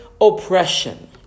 oppression